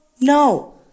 no